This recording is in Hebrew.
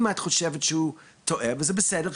אם את חושבת שהוא טעוה וזה בסדר,